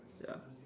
ya